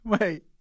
Wait